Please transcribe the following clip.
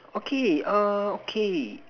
okay uh okay